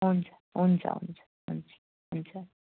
हुन्छ हुन्छ हुन्छ हुन्छ हुन्छ